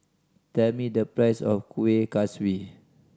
tell me the price of Kuih Kaswi